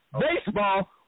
baseball